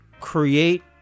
create